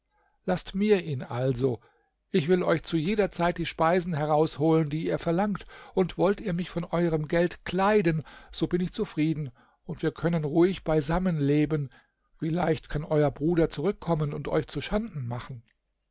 laßt mir ihn also ich will euch zu jeder zeit die speisen herausholen die ihr verlangt und wollt ihr mich von eurem geld kleiden so bin ich zufrieden und wir können ruhig beisammen leben wie leicht kann euer bruder zurückkommen und euch zu schanden machen